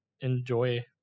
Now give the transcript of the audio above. enjoy